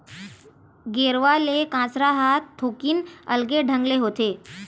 गेरवा ले कांसरा ह थोकिन अलगे ढंग ले होथे